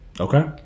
Okay